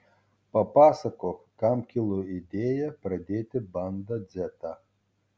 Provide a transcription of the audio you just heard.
papasakok kam kilo idėja pradėti banda dzetą